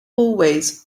hallways